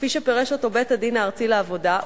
כפי שפירש אותו בית-הדין הארצי לעבודה,